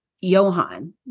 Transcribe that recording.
Johan